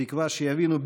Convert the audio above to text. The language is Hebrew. בתקווה שיבינו,